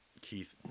Keith